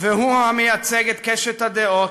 והוא המייצג את קשת הדעות,